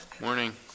Morning